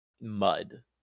mud